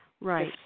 Right